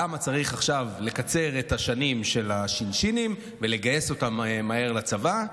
למה צריך עכשיו לקצר את השנים של הש"שינים ולגייס אותם מהר לצבא.